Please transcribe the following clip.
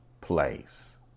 place